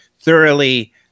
thoroughly